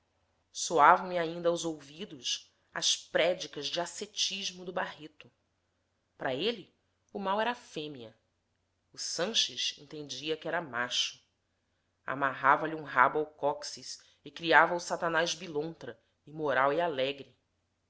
endêmico soavam me ainda aos ouvidos as prédicas de ascetismo do barreto para ele o mal era fêmea o sanches entendia que era macho amarrava lhe um rabo ao cóccix e criava o satanás bilontra imoral e alegre